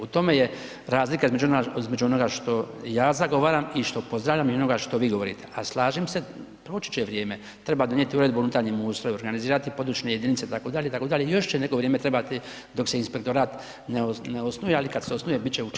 U tome je razlika između onoga što ja zagovaram i što pozdravljam i onoga što vi govorite, a slažem se, proći će vrijeme, treba donijeti Uredbu o unutarnjem ustroju, organizirati područne jedinice, itd. itd. i još će neko vrijeme trebati dok se inspektorat ne osnuje, ali kad se osnuje bit će [[Upadica: Hvala]] učinkovit